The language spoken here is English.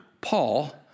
Paul